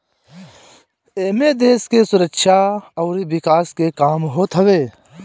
एमे देस के सुरक्षा अउरी विकास के काम होत हवे